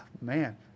man